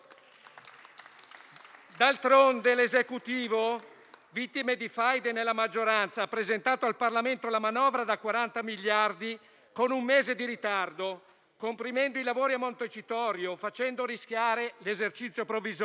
D'altronde, l'Esecutivo, vittima di faide nella maggioranza, ha presentato al Parlamento la manovra da 40 miliardi con un mese di ritardo, comprimendo i lavori a Montecitorio e facendo rischiare l'esercizio provvisorio;